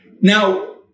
Now